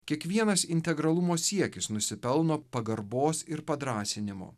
kiekvienas integralumo siekis nusipelno pagarbos ir padrąsinimo